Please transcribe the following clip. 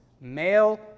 male